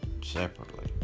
separately